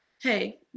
Hey